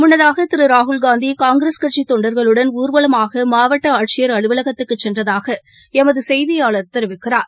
முன்னதாகதிருராகுல்காந்தி காங்கிரஸ் கட்சிதொண்டர்களுடன் ஊர்வலமாகமாவட்டஆட்சியர் அலுவலகத்துக்குச் சென்றதாகஎமதுசெய்தியாளர் தெரிவிக்கிறார்